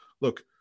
look